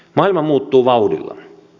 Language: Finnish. maailma muuttuu vauhdilla